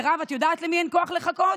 מירב, את יודעת למי אין כוח לחכות?